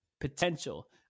potential